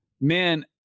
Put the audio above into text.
man